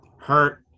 hurt